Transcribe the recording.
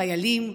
חיילים,